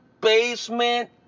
basement